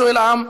שואל העם,